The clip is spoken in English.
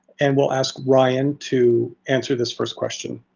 and we'll ask ryan to answer this first question.